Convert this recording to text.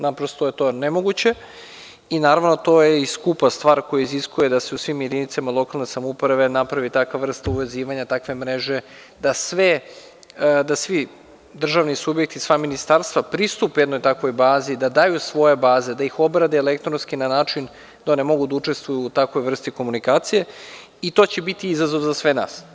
Naprosto to je nemoguće i naravno to je i skupa stvar koja iziskuje da se u svim jedinicama lokalne samouprave napravi takva vrsta uvezivanja takve mreže, da svi državni subjekti, sva ministarstva pristupe jednoj takvoj bazi i da daju svoje baze, da ih odrade elektronski na način da one mogu da učestvuju u takvoj vrsti komunikacije i to će biti izazov za sve nas.